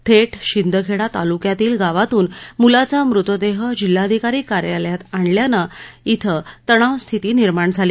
थेट शिंदखेडा तालुक्यातल्या गावातून मुलाचा मुतदेह जिल्हाधिकारी कार्यालयात आणल्यानं इथं तणाव स्थिती निर्माण झाली